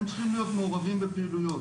הם צריכים להיות מעורבים בפעילויות,